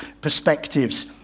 perspectives